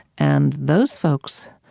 and those folks,